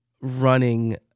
running